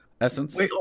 Essence